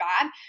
bad